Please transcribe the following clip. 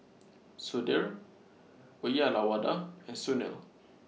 Sudhir Uyyalawada and Sunil